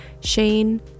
Shane